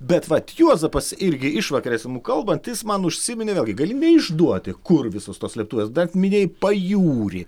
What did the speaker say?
bet vat juozapas irgi išvakarėse kalbantis man užsiminė vėlgi gali neišduoti kur visos tos slėptuvės bet minėjai pajūrį